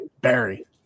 Barry